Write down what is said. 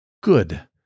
Good